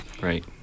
Right